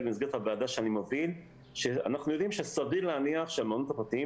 אנחנו יודעים שסביר להניח שהמעונות הפרטיים